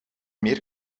meer